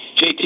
JT